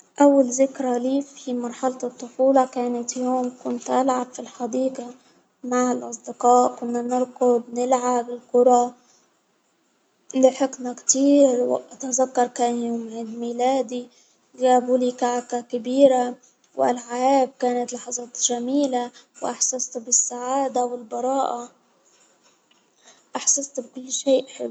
أول ذكرى لي في مرحلة الطفولة كانت يوم كنت ألعب في الحديجة مع الاصدقاء، كنا نرقد، نلعب بالكرة ضحكنا كتير وأتذكر كان يوم عيد ميلادي جابوا لي كعكة كبيرة وأ لعاب كانت لحظات جميلة وأحسست بالسعادة والبراءة، أحسست بكل شئ حلو.